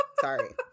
Sorry